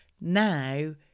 Now